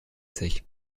sich